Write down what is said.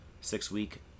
Six-week